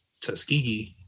Tuskegee